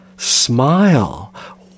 smile